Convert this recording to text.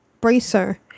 bracer